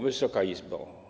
Wysoka Izbo!